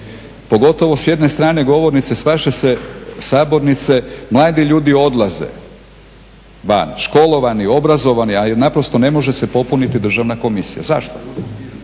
pogotovo s jedne strane sabornice mladi ljudi odlaze van školovani, obrazovani ali naprosto ne može se popuniti državna komisija. Zašto?